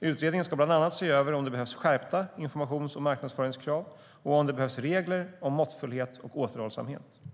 Utredningen ska bland annat se över om det behövs skärpta informations och marknadsföringskrav och om det behövs regler om måttfullhet och återhållsamhet.